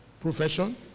profession